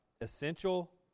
essential